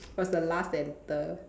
was the last to enter